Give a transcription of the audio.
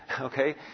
okay